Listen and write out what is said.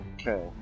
Okay